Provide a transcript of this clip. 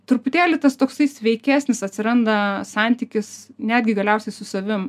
truputėlį tas toksai sveikesnis atsiranda santykis netgi galiausiai su savim